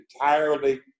entirely